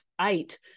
eight